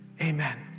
Amen